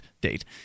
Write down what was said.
date